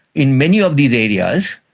in many of these areas,